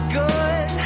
good